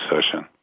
session